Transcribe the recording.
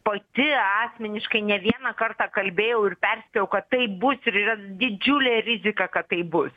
pati asmeniškai ne vieną kartą kalbėjau ir perspėjau kad taip bus ir yra didžiulė rizika kad taip bus